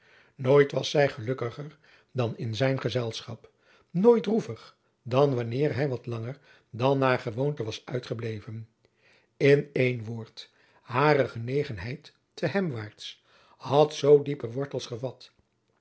nooit was zij gelukkiger dan in zijn gezelschap nooit droevig dan wanneer hij wat langer dan naar gewoonte was uitgebleven in één woord hare genegenheid te hemwaart had zoo diepe wortels gevat